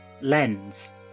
lens